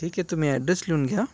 ठीक आहे तुम्ही ॲड्रेस लिहून घ्या